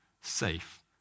safe